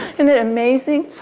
and it amazing?